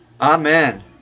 Amen